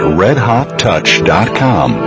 redhottouch.com